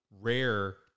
rare